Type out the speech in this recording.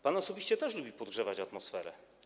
Pan osobiście też lubi podgrzewać atmosferę.